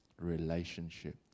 relationship